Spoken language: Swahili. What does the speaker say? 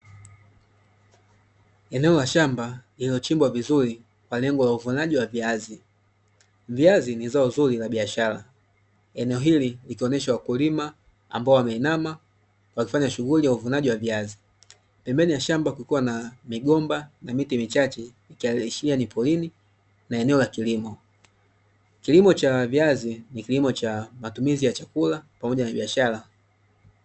Eneo la shamba lilochimbwa vizuri kwa lengo uvunaji wa viazi. Viazi ni zao zuri la biashara; eneo hili likionyesha wakulima ambao wameinama wakifanya shughuli za uvunaji wa viazi. Pembeni ya shamba kukiwa na migomba na miti michache, ikiashiria porini na eneo la kilimo. Kilimo cha viazi ni kilimo cha matumizi ya chakula pamoja na biashara.